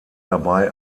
dabei